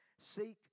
Seek